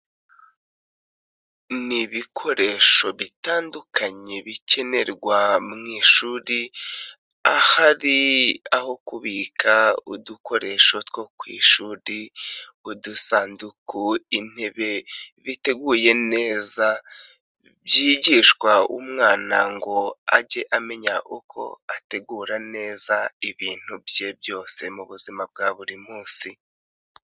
Ni ibikoresho bitandukanye bikenerwa mu ishuri, ahari aho kubika udukoresho two ku ishuri ,udusanduku, intebe biteguye neza, byigishwa umwana ngo ajye amenya uko ategura neza ibintu bye byose mu buzima bwa buri munsi.